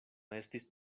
estis